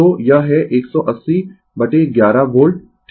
तो यह है 180 11 वोल्ट ठीक है